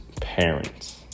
parents